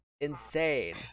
insane